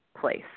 place